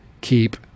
keep